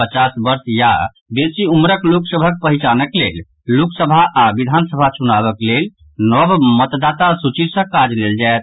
पचास वर्ष या बेसी उम्रक लोक सभक पहिचानक लेल लोकसभा आ विधानसभा चुनावक लेल नव मतदाता सूची सँ काज लेल जायत